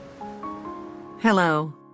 Hello